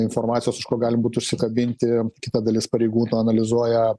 informacijos už ko gali būt užsikabinti kita dalis pareigūnų analizuoja